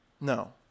No